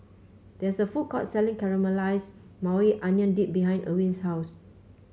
there is a food court selling Caramelized Maui Onion Dip behind Erwin's house